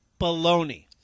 Baloney